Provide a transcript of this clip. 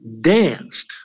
danced